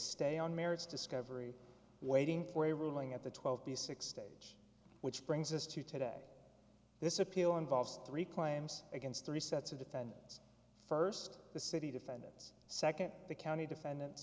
stay on merits discovery waiting for a ruling at the twelve b six stage which brings us to today this appeal involves three claims against three sets of defendants first the city defendants second the county defendants